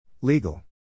Legal